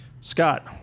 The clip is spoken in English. Scott